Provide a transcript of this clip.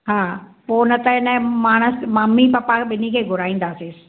हा पोइ न त हिनजे माणसि ममी पपा ॿिनी खे घुराईंदासीं